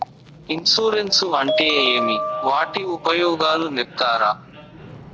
Insurance అంటే ఏమి? వాటి ఉపయోగాలు సెప్తారా?